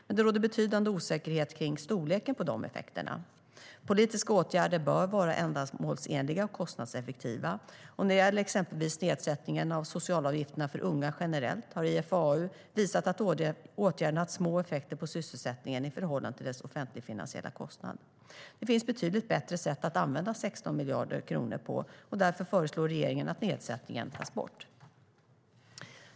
Men det råder betydande osäkerhet kring storleken på de effekterna. Politiska åtgärder bör vara ändamålsenliga och kostnadseffektiva. När det gäller exempelvis nedsättningen av socialavgifterna för unga generellt har IFAU visat att åtgärden haft små effekter på sysselsättningen i förhållande till dess offentligfinansiella kostnad. Det finns betydligt bättre sätt att använda 16 miljarder kronor på, och därför föreslår regeringen att nedsättningen ska tas bort.